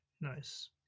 Nice